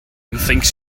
thinks